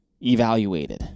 evaluated